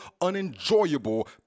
unenjoyable